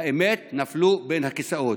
האמת, נפלו בין הכיסאות.